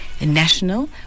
national